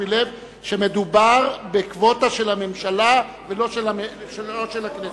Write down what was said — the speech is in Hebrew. מלב שמדובר בקווטה של הממשלה ולא של הכנסת.